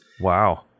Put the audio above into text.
Wow